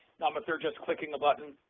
um if they're just clicking a button